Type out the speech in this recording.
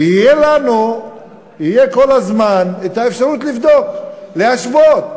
ותהיה לנו כל הזמן אפשרות לבדוק, להשוות.